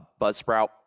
buzzsprout